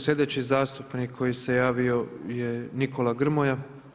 Sljedeći zastupnik koji se javio je Nikola Grmoja.